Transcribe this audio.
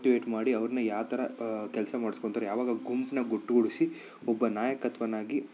motivate ಮಾಡಿ ಅವ್ರನ್ನ ಯಾವ ಥರ ಕೆಲಸ ಮಾಡ್ಸ್ಕೊಳ್ತಾರೆ ಯಾವಾಗ ಗುಂಪನ್ನ ಗುಟ್ಟು ಗೂಡಿಸಿ ಒಬ್ಬ ನಾಯಕತ್ವನಾಗಿ